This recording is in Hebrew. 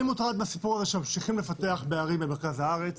אני מוטרד מהסיפור הזה שממשיכים בערים במרכז הארץ